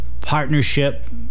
partnership